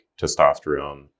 testosterone